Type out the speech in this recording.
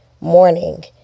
morning